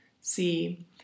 See